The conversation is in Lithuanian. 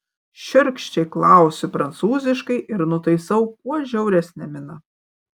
šiurkščiai klausiu prancūziškai ir nutaisau kuo žiauresnę miną